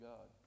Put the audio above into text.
God